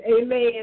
Amen